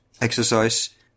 exercise